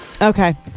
Okay